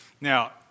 Now